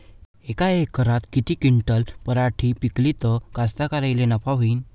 यका एकरात किती क्विंटल पराटी पिकली त कास्तकाराइले नफा होईन?